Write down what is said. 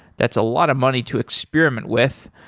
that's a lot of money to experiment with.